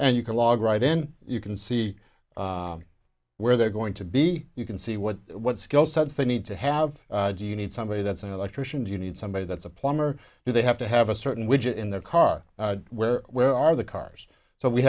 and you can log right in you can see where they're going to be you can see what what skill sets they need to have do you need somebody that's an electrician do you need somebody that's a plumber do they have to have a certain widget in their car where where are the cars so we